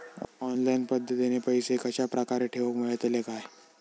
Online पद्धतीन पैसे कश्या प्रकारे ठेऊक मेळतले काय?